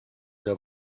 der